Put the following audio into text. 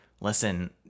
listen